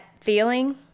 feeling